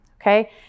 okay